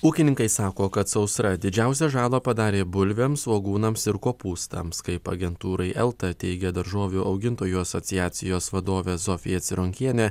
ūkininkai sako kad sausra didžiausią žalą padarė bulvėms svogūnams ir kopūstams kaip agentūrai elta teigė daržovių augintojų asociacijos vadovė zofija cironkienė